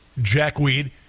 jackweed